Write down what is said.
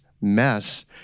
mess